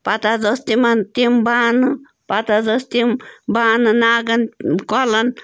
پَتہٕ حظ ٲس تِمَن تِم بانہٕ پَتہٕ حظ ٲسۍ تِم بانہٕ ناگَن کۄلَن